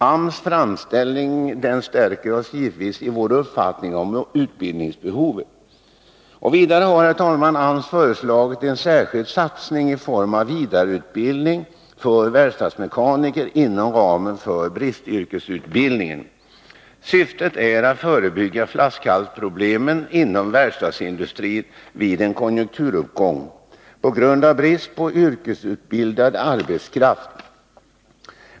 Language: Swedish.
AMS framställning stärker oss givetvis i vår uppfattning om utbildningsbehovet. Vidare har, herr talman, AMS föreslagit en särskild satsning i form av vidareutbildning för verkstadsmekaniker inom ramen för bristyrkesutbildningen. Syftet är att förebygga de flaskhalsproblem inom verkstadsindustrin som vid en konjunkturuppgång uppstår på grund av brist på yrkesutbildad arbetskraft.